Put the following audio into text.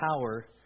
power